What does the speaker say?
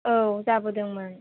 औ जाबोदोंमोन